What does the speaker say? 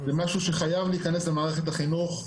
זה משהו שחייב להיכנס למערכת החינוך.